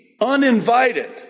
uninvited